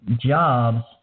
jobs